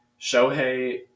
Shohei